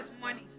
money